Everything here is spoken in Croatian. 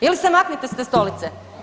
Ili se maknite s te stolice.